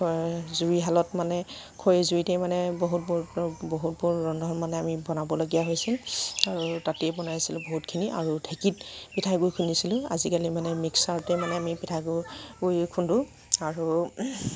জুইশালত মানে খৰি জুইতেই মানে বহুতবোৰ বহুতবোৰ ৰন্ধন মানে আমি বনাবলগীয়া হৈছিল আৰু তাতেই বনাইছিলোঁ বহুতখিনি আৰু ঢেঁকীত পিঠাগুড়ি খুন্দিছিলোঁ আজিকালি মানে মিক্সাৰতে মানে আমি পিঠাগুড়ি খুন্দো আৰু